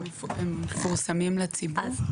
הם מפורסמים לציבור?